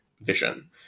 vision